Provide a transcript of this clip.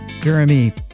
Jeremy